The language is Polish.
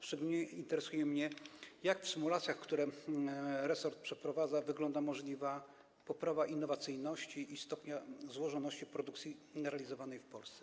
Szczególnie interesuje mnie, jak w symulacjach, które resort przeprowadza, wygląda możliwa poprawa innowacyjności i stopnia złożoności produkcji realizowanej w Polsce.